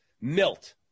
Milt